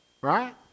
right